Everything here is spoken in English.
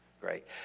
Great